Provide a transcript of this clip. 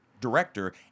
director